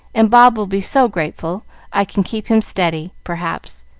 and bob will be so grateful i can keep him steady, perhaps.